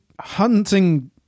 hunting